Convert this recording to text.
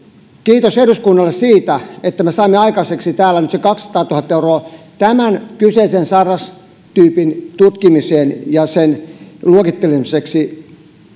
kiitos eduskunnalle siitä että me saimme aikaiseksi täällä nyt sen kaksisataatuhatta euroa tämän kyseisen sairaustyypin tutkimiseen ja sen luokittelemiseksi